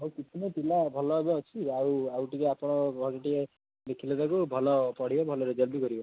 ହଉ କିଛି ନାଇଁ ପିଲା ଭଲ ଏବେ ଅଛି ଆଉ ଆଉ ଟିକିଏ ଆପଣ ଘରେ ଟିକିଏ ଦେଖିଲେ ତାକୁ ଭଲ ପଢ଼ିବ ଭଲ ରେଜଲ୍ଟ୍ ବି କରିବ